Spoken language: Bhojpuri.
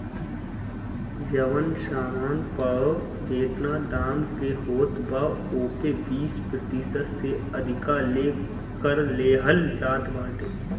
जवन सामान पअ जेतना दाम के होत बा ओपे बीस प्रतिशत से अधिका ले कर लेहल जात बाटे